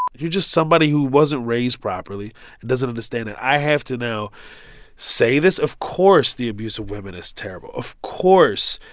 you're just somebody who wasn't raised properly and doesn't understand that i have to now say this. of course, the abuse of women is terrible. of course,